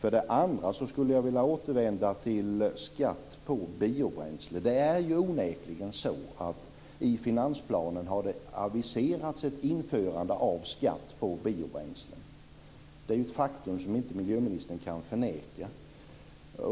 Jag skulle också vilja återvända till frågan om skatt på biobränsle. Det är onekligen så att det i finansplanen har aviserats ett införande av skatt på biobränsle. Det är ett faktum som miljöministern inte kan förneka.